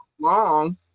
long